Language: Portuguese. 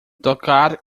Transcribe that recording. tocar